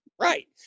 right